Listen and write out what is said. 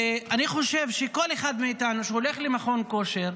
ואני חושב שכל אחד מאיתנו שהולך למכון כושר,